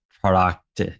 product